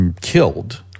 killed